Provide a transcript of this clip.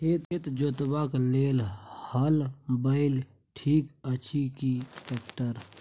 खेत जोतबाक लेल हल बैल ठीक अछि की ट्रैक्टर?